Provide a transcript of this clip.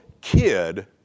kid